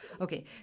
Okay